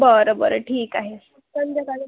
बरं बरं ठीक आहे संध्याकाळी